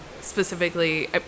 specifically